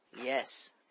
Yes